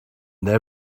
their